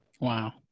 Wow